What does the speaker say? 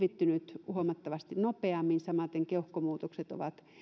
oireet ovat lievittyneet huomattavasti nopeammin samaten keuhkomuutokset ovat